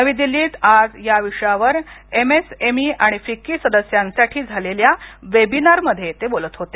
नवी दिल्लीत आज या विषयावर एमएस एम ई आणि फिक्की सदस्यासाठी झालेल्या वेबिनारमध्ये ते बोलत होते